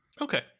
Okay